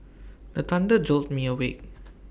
the thunder jolt me awake